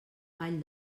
vall